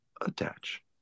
attach